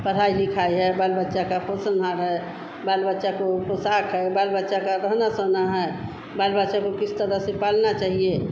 पढ़ाई लिखाई है बाल बच्चों की पोषण हार है बाल बच्चे की पोशाक़ है बाल बच्चे का रहन सहन है बाल बच्चे को किस तरह से पालना चाहिए